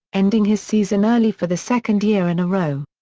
ending his season early for the second year in a row.